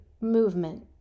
movement